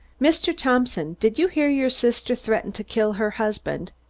mr. thompson, did you hear your sister threaten to kill her husband?